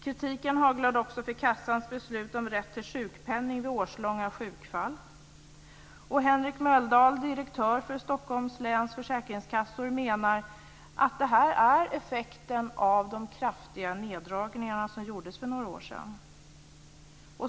Kritiken haglade också när det gällde kassans beslut om rätt till sjukpenning vid årslånga sjukfall. Henrik Möldahl, direktör för Stockholms läns försäkringskassor, menar att detta är effekten av de kraftiga neddragningar som gjordes för några år sedan.